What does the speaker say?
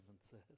says